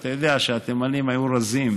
ואתה יודע שהתימנים היו רזים,